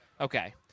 Okay